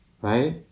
right